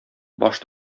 баш